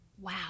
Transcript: Wow